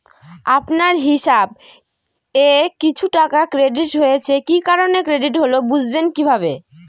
আপনার হিসাব এ কিছু টাকা ক্রেডিট হয়েছে কি কারণে ক্রেডিট হল বুঝবেন কিভাবে?